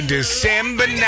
December